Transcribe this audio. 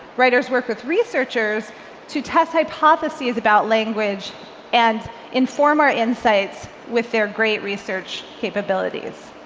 writers work with researchers to test hypotheses about language and inform our insights with their great research capabilities.